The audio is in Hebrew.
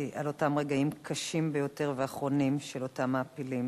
אותם רגעים קשים ביותר ואחרונים של אותם מעפילים.